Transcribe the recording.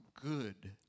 good